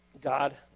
God